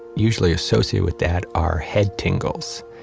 usually associated with that, are head tingles.